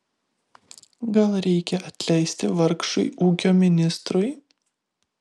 gal reikia atleisti vargšui ūkio ministrui